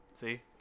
See